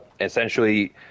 Essentially